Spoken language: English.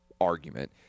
argument